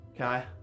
okay